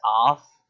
off